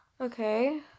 Okay